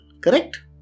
correct